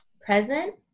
present